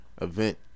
event